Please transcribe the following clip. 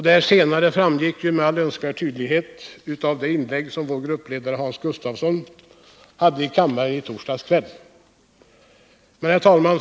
Detta senare framgick med all önskvärd tydlighet av det inlägg som vår gruppledare Hans Gustafsson gjorde här i kammaren i torsdags kväll. Herr talman!